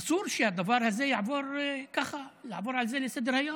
אסור שבדבר הזה יעברו ככה לסדר-היום.